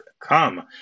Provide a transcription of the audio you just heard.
Come